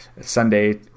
sunday